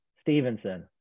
stevenson